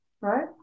Right